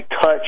touch